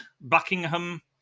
Buckingham